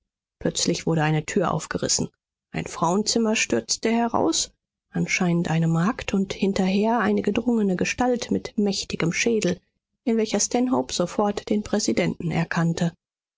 plötzlich wurde eine tür aufgerissen ein frauenzimmer stürzte heraus anscheinend eine magd und hinterher eine gedrungene gestalt mit mächtigem schädel in welcher stanhope sofort den präsidenten erkannte